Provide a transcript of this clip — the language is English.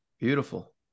beautiful